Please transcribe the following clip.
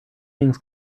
things